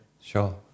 Sure